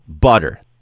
butter